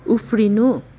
उफ्रिनु